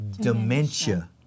dementia